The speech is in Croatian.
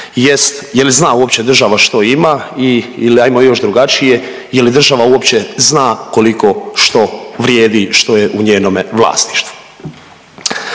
je li zna uopće država što ima i ili ajmo još drugačije, je li država zna uopće koliko što vrijedi što je u njenome vlasništvu?